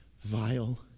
vile